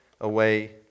away